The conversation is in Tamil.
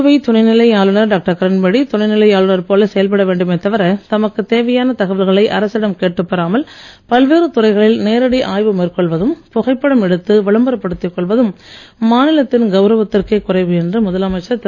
புதுவை துணைநிலை ஆளுநர் டாக்டர் கிரண்பேடி துணைநிலை ஆளுநர் போல செயல்பட வேண்டுமே தவிர தமக்குத் தேவையான தகவல்களை அரசிடம் கேட்டுப் பெறாமல் பல்வேறு துறைகளில் நேரடி ஆய்வு மேற்கொள்வதும் புகைப்படம் எடுத்து விளம்பரப்படுத்திக் கொள்வதும் மாநிலத்தின் கவுரவத்திற்கே குறைவு என்று முதலமைச்சர் திரு